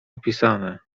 opisane